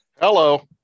Hello